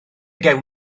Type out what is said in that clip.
gawn